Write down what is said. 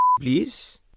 please